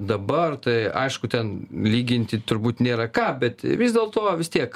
dabar tai aišku ten lyginti turbūt nėra ką bet vis dėlto vis tiek